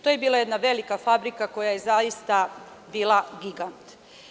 To je bila velika fabrika, koja je zaista bila gigant.